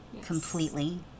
completely